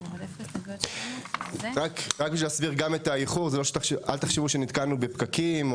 אל תחשבו שניתקנו בפקקים,